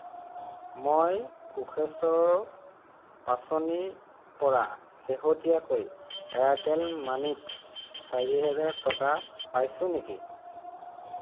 মই কোষেশ্বৰ পাঁচনিৰ পৰা শেহতীয়াকৈ এয়াৰটেল মানিত চাৰি হাজাৰ টকা পাইছোঁ নেকি